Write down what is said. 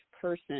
person